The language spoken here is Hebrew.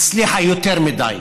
הצליחו יותר מדי.